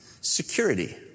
security